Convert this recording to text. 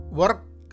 work